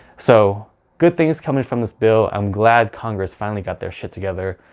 so good things coming from this bill. i'm glad congress finally got their shit together.